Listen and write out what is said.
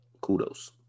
Kudos